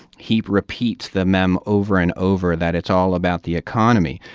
he repeats the mem over and over that it's all about the economy.